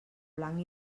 blanc